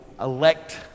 elect